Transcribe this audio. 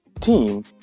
team